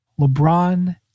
LeBron